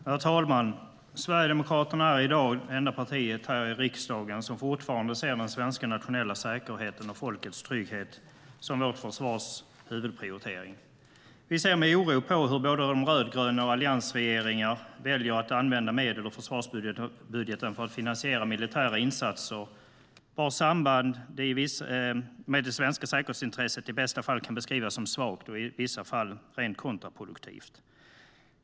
Herr talman! Sverigedemokraterna är i dag det enda partiet i riksdagen som fortfarande ser den svenska nationella säkerheten och folkets trygghet som vårt försvars huvudprioritering. Vi ser med oro på hur både rödgröna och alliansregeringar väljer att använda medel ur försvarsbudgeten för att finansiera militära insatser, vars samband med det svenska säkerhetsintresset i bästa fall kan beskrivas som svagt och i vissa fall rent kontraproduktivt.